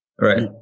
Right